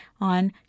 on